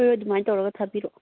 ꯍꯣꯏ ꯍꯣꯏ ꯑꯗꯨꯃꯥꯏꯅ ꯇꯧꯔꯒ ꯊꯥꯕꯤꯔꯛꯑꯣ